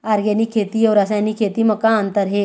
Organic खेती अउ रासायनिक खेती म का अंतर हे?